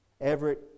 Everett